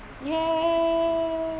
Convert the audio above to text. yes